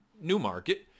Newmarket